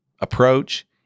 approach